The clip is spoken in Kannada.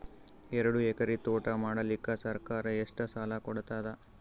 ಎರಡು ಎಕರಿ ತೋಟ ಮಾಡಲಿಕ್ಕ ಸರ್ಕಾರ ಎಷ್ಟ ಸಾಲ ಕೊಡತದ?